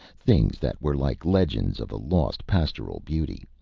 things that were like legends of a lost pastoral beauty.